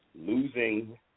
Losing